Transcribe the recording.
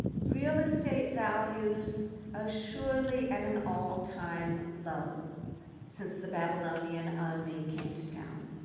real estate values are surely at an all-time low since the babylonian army came to town.